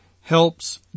helps